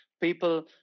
People